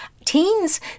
Teens